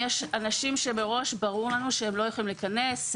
יש אנשים שמראש ברור לנו שהם לא יכולים להיכנס.